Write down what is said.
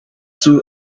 two